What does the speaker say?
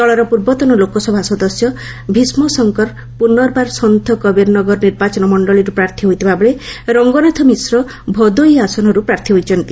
ଦଳର ପୂର୍ବତନ ଲୋକସଭା ସଦସ୍ୟ ଭୀଷ୍କ ଶଙ୍କର ପୂର୍ନବାର ସନ୍ନ କବୀର ନଗର ନିର୍ବାଚନ ମଣ୍ଡଳୀରୁ ପ୍ରାର୍ଥୀ ହୋଇଥିବାବେଳେ ରଙ୍ଗନାଥ ମିଶ୍ର ଭଦୋହି ଆସନରୁ ପ୍ରାର୍ଥୀ ହୋଇଛନ୍ତି